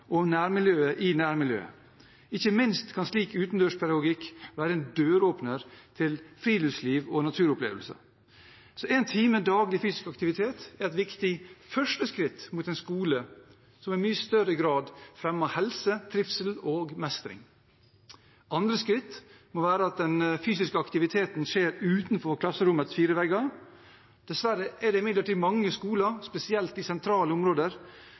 om nærmiljøet i nærmiljøet. Ikke minst kan slik utendørspedagogikk være en døråpner til friluftsliv og naturopplevelser. Én time daglig fysisk aktivitet er et viktig første skritt mot en skole som i mye større grad fremmer helse, trivsel og mestring. Andre skritt må være at den fysiske aktiviteten skjer utenfor klasserommets fire vegger. Dessverre er det imidlertid mange skoler, spesielt i sentrale områder,